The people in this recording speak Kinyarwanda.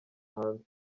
hanze